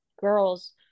girls